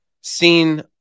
seen